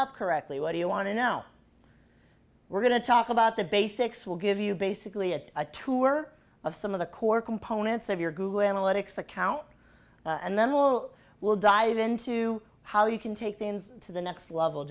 up correctly what do you want to know we're going to talk about the basics will give you basically a tour of some of the core components of your google analytics account and then we'll will dive into how you can take things to the next level